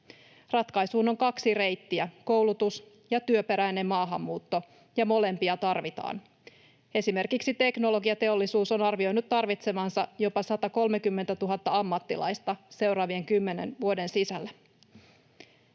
Ratkaisuun on kaksi reittiä, koulutus ja työperäinen maahanmuutto, ja molempia tarvitaan. Esimerkiksi Teknologiateollisuus on arvioinut tarvitsevansa jopa 130 000 ammattilaista seuraavien kymmenen vuoden sisällä.